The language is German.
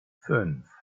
fünf